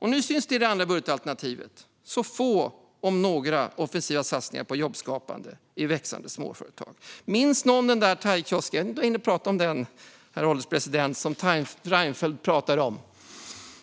Nu syns i det andra budgetalternativet få, om några, satsningar på jobbskapande i växande småföretag. Minns någon thaikiosken, herr ålderspresident, som Reinfeldt talade om?